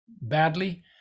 badly